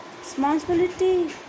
responsibility